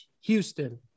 Houston